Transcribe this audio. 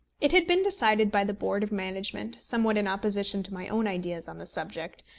it had been decided by the board of management, somewhat in opposition to my own ideas on the subject,